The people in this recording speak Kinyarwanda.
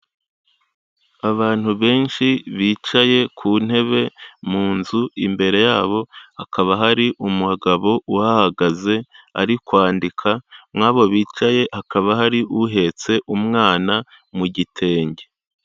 Abantu benshi bicaye ku ntebe mu nzu, imbere yabo hakaba hari umugabo uhahagaze ari kwandika, muri aba bicaye hakaba hari uhetse umwana mu gitenge.